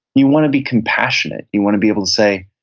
you want to be compassionate. you want to be able to say,